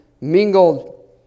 mingled